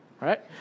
right